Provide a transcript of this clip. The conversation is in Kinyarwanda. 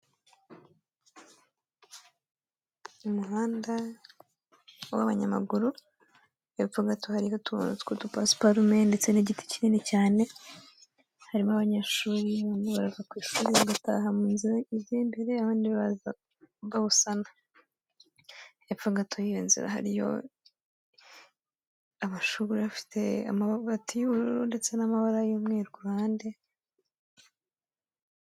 Umuhanda w'abanyamaguru, hepfo gato hariyo utuntu tw'udupasiparume ndetse n'igiti kinini cyane, harimo abanyeshuri barimo barava ku ishuri bataha mu nzira ijya mbere, abandi baza bawusana. Hepfo gato y'iyo nzira hariyo amashuri afite amabati y'ubururu ndetse n'amabara y'umweru ku ruhande.